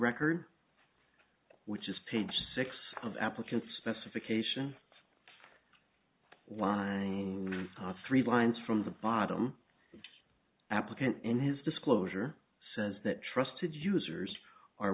record which is page six of applicants specification one and three lines from the bottom applicant and his disclosure says that trusted users are